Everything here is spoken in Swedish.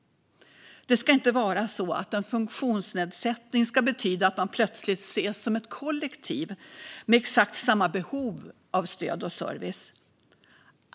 Det ska inte vara så att en funktionsnedsättning betyder att man plötsligt ses som ett kollektiv med exakt samma behov av stöd och service.